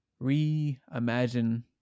reimagine